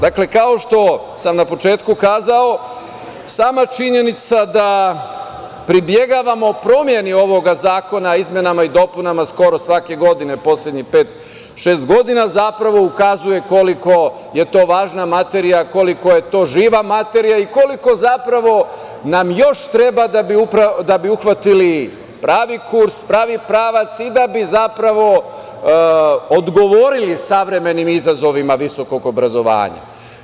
Dakle, kao što sam na početku kazao, sama činjenica da pribegavamo promeni ovog zakona o izmenama i dopunama skoro svake godine, poslednjih pet ili šest godina, zapravo ukazuje koliko je to važna materija, živa materija i koliko zapravo nam još treba da bi uhvatili pravi kurs, pravi pravac, i da bi zapravo odgovorili savremenim izazovima visokog obrazovanja.